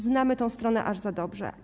Znamy tę stronę aż za dobrze.